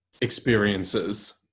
experiences